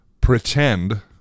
pretend